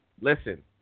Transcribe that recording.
listen